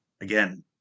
again